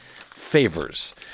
favors